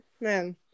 Man